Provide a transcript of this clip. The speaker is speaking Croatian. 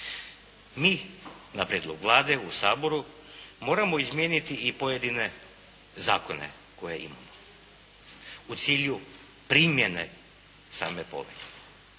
mi na prijedlog Vlade u Saboru moramo izmijeniti i pojedine zakone koje imamo u cilju primjene same povelje?